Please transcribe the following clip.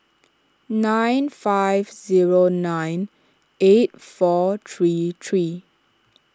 nine five zero nine eight four three three